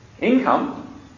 income